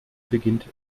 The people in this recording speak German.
beginnt